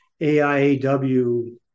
AIAW